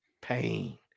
pain